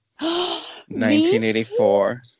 1984